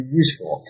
useful